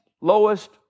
lowest